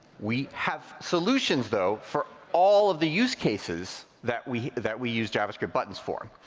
we have solutions, though, for all of the use cases that we that we use javascript buttons for.